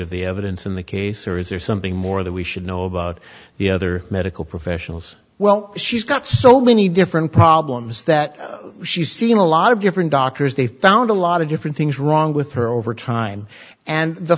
of the evidence in the case or is there something more that we should know about the other medical professionals well she's got so many different problems that she's seen a lot of different doctors they found a lot of different things wrong with her over time and the